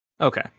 Okay